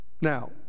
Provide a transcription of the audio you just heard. Now